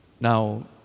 Now